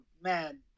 man